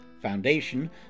Foundation